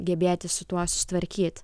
gebėti su tuo susitvarkyt